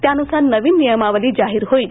त्यानुसार नवीन नियमावली जाहीर होईल